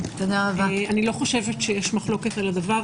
אני לא חושבת שיש מחלוקת על זה.